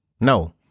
No